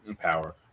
power